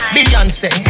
Beyonce